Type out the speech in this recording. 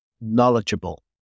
knowledgeable